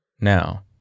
Now